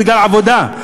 בגלל עבודה,